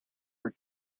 for